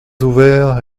ouvert